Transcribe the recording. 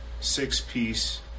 Six-piece